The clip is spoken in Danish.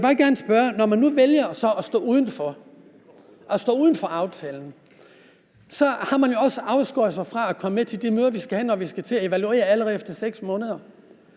Når man nu så vælger at stå uden for aftalen, har man jo også afskåret sig fra at komme med til de møder, vi skal have, når vi skal til at evaluere det allerede efter 6 måneder.